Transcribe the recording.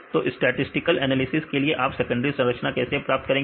तो statistical analysis के लिए आप सेकेंडरी संरचना कैसे प्राप्त करेंगे